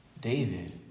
David